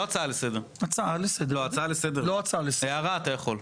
לא הצעה לסדר, הערה אתה יכול.